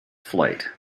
flight